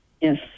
Yes